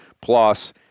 Plus